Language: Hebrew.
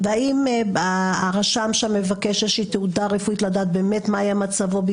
האם הרשם מבקש איזושהי תעודה רפואית כדי לדעת מה היה מצבו של